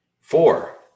Four